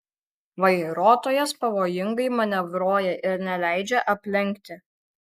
vairuotojas pavojingai manevruoja ir neleidžia aplenkti